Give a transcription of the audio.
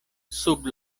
sub